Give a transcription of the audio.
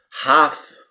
half